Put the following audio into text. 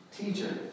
Teacher